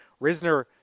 Risner